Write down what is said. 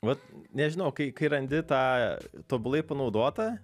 vat nežinau kai kai randi tą tobulai panaudotą